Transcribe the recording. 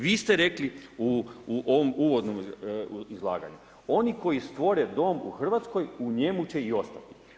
Vi ste rekli u uvodnom izlaganju, oni koji stvore dom u Hrvatskoj u njemu će i ostati.